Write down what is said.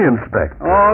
Inspector